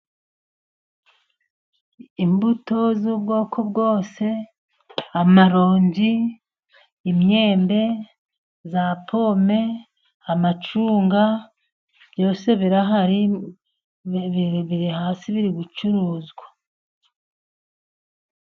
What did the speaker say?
Imbuto z'ubwoko bwose amaronji ,imyembe ,za pome, amacunga, byose birahari biri hasi biri gucuruzwa.